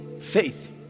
faith